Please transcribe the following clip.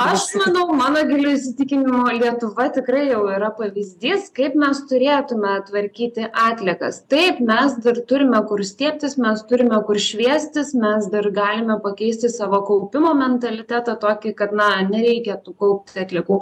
aš manau mano giliu įsitikinimu lietuva tikrai jau yra pavyzdys kaip mes turėtume tvarkyti atliekas taip mes dar turime kur stiebtis mes turime kur šviestis mes dar galime pakeisti savo kaupimo mentalitetą tokį kad na nereikia tų kaupti atliekų